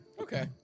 okay